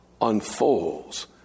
unfolds